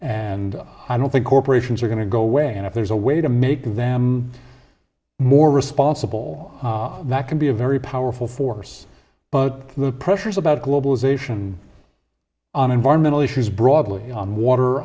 and i don't think corporations are going to go away and if there's a way to make them more responsible that can be a very powerful force but the pressures about globalization on environmental issues broadly on water